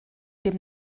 dem